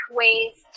ways